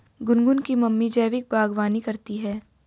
गुनगुन की मम्मी जैविक बागवानी करती है